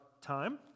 time